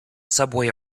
subway